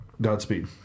Godspeed